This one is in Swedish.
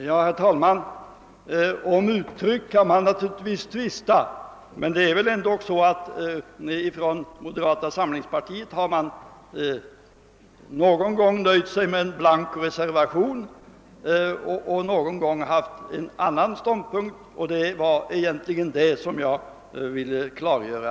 Herr talman! Man kan naturligtvis tvista om uttryck, men moderata samlingspartiet har någon gång nöjt sig med en blank reservation i denna fråga men förklarat sig vara emot lagstiftning och någon annan gång givit uttryck för sin mening på annat sätt. Det var egentligen den saken som jag här ville påpeka.